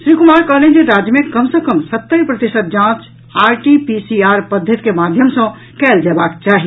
श्री कुमार कहलनि जे राज्य मे कम सँ कम सत्तरि प्रतिशत जांच आरटीपीसीआर पद्धति के माध्यम सँ कयल जयबाक चाही